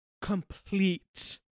complete